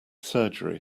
surgery